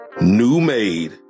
newmade